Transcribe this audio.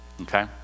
okay